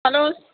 hello